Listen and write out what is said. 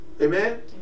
Amen